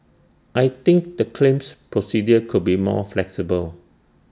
I think the claims procedure could be more flexible